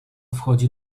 wchodzi